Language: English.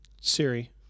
Siri